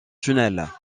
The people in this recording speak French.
tunnel